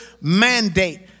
mandate